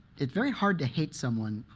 it's very hard to hate someone.